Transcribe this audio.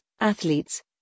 athletes